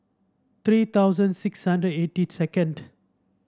three thousand six hundred eighty second